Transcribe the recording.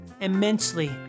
immensely